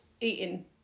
eating